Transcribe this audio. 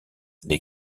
les